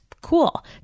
Cool